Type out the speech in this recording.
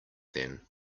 then